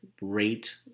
rate